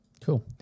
cool